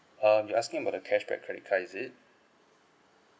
um you asking about the cashback credit card is it